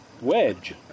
wedge